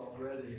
already